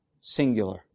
Singular